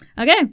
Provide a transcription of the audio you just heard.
Okay